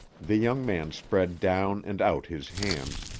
the young man spread down and out his hands,